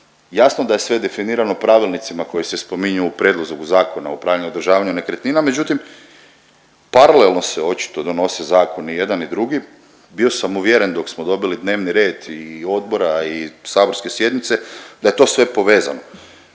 Jasno da je sve definirano pravilnicima koji se spominju u prijedlogu Zakona o upravljanju i održavanju nekretnina, međutim paralelno se očito donose zakoni jedan i drugi. Bio sam uvjeren dok smo dobili dnevni red i odbora i saborske sjednice da je to sve povezano,